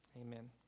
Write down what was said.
Amen